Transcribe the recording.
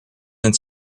end